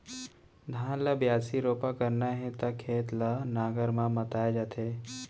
धान ल बियासी, रोपा करना हे त खेत ल नांगर म मताए जाथे